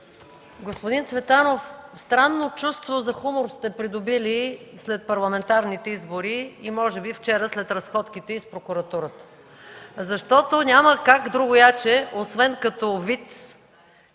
Господин Цветанов, странно чувство за хумор сте придобили след парламентарните избори и може би вчера, след разходките из прокуратурата. Няма как другояче, освен като виц